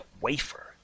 wafer